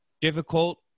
difficult